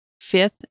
Fifth